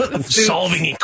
solving